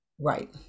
right